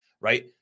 right